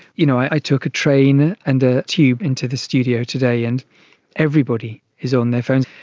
you know i took a train and a tube into the studio today, and everybody is on their phones.